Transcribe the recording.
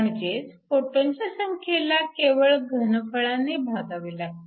म्हणजेच फोटोनच्या संख्येला केवळ घनफळाने भागावे लागते